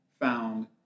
found